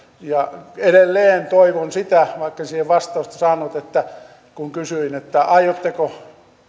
edelleen toivon sitä vaikken siihen vastausta saanut kun kysyin aiotteko